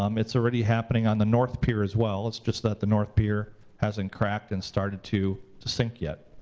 um it's already happening on the north pier as well. it's just that the north pier hasn't cracked and started to to sink yet.